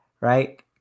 right